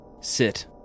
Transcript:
Sit